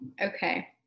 okay